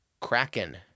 Kraken